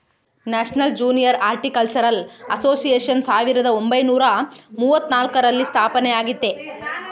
national junior horticultural association ಸಾವಿರದ ಒಂಬೈನುರ ಮೂವತ್ನಾಲ್ಕರಲ್ಲಿ ಸ್ಥಾಪನೆಯಾಗೆತೆ